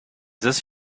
this